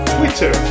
Twitter